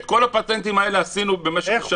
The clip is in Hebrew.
את כל הפטנטים האלה עשינו במשך שנים.